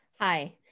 Hi